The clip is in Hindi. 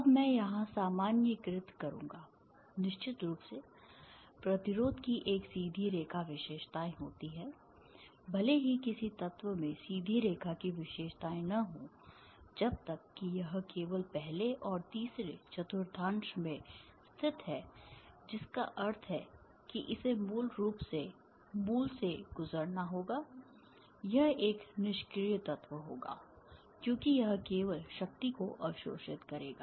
अब मैं यहाँ सामान्यीकृत करूँगा निश्चित रूप से प्रतिरोध की एक सीधी रेखा विशेषताएँ होती हैं भले ही किसी तत्व में सीधी रेखा की विशेषताएं न हों जब तक कि यह केवल पहले और तीसरे चतुर्थांश में स्थित है जिसका अर्थ है कि इसे मूल रूप से मूल से गुजरना होगा यह एक निष्क्रिय तत्व होगा क्योंकि यह केवल शक्ति को अवशोषित करेगा